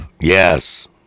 Yes